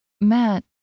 Matt